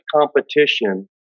competition